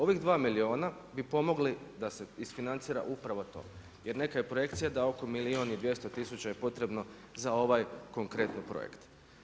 Ovih dva milijuna bi pomogli da se isfinancira upravo to jer neka je projekcija da oko milijun i 200 tisuća je potrebno za ovaj konkretni projekt.